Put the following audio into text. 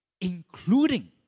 including